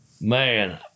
man